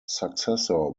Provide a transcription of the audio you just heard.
successor